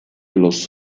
los